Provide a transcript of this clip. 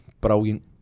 brilliant